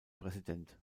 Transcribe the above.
präsident